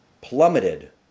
plummeted